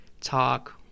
talk